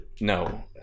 No